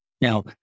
Now